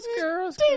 Girls